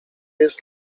jest